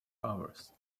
hours